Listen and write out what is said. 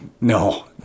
No